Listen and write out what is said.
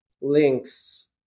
links